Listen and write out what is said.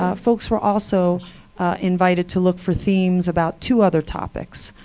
ah folks were also invited to look for themes about two other topics.